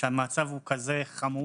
כשהמצב הוא כזה חמור.